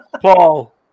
Paul